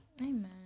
Amen